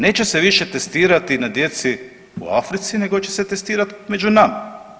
Neće se više testirati na djeci u Africi nego će se testirati među nama.